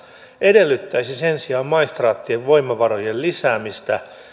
edellyttäisi sen sijaan maistraattien voimavarojen lisäämistä